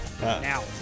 Now